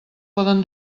poden